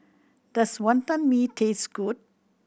does Wantan Mee taste good